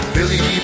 Billy